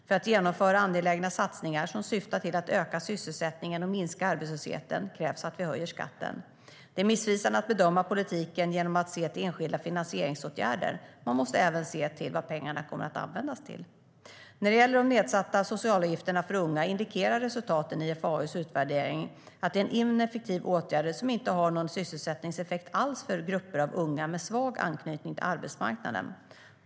För att genomföra angelägna satsningar som syftar till att öka sysselsättningen och minska arbetslösheten krävs att vi höjer skatten. Det är missvisande att bedöma politiken genom att se till enskilda finansieringsåtgärder. Man måste även se till vad pengarna kommer att användas till. När det gäller de nedsatta socialavgifterna för unga indikerar resultaten i IFAU:s utvärdering att det är en ineffektiv åtgärd som inte har haft någon sysselsättningseffekt alls för grupper av unga med svag anknytning till arbetsmarknaden.